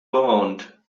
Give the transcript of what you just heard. bound